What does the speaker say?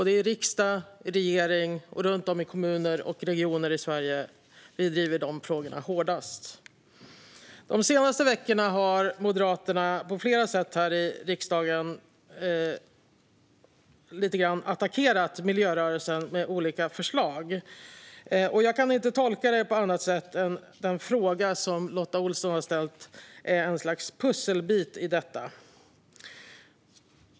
Det är i riksdag och regering samt runt om i kommuner och regioner i Sverige som vi driver dessa frågar hårdast. De senaste veckorna har Moderaterna här i riksdagen på flera sätt lite grann attackerat miljörörelsen med olika förslag. Jag kan inte tolka det på annat sätt än att den fråga som Lotta Olsson har ställt är ett slags pusselbit i detta.